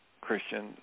Christian